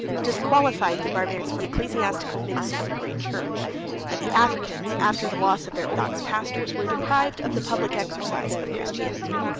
disqualified the barbarians for the ecclesiastical ministry of a great church and the africans, after the loss of their orthodox pastors, were deprived of the public exercise of christianity.